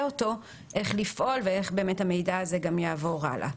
אותו איך לפעול ואיך המידע הזה גם יעבור הלאה.